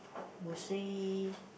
mostly